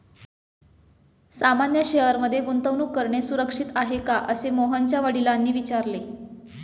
सामान्य शेअर मध्ये गुंतवणूक करणे सुरक्षित आहे का, असे मोहनच्या वडिलांनी विचारले